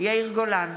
יאיר גולן,